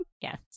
Yes